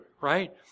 right